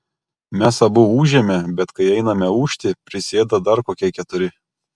mes abu ūžėme bet kai einame ūžti prisėda dar kokie keturi